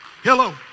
hello